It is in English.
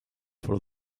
for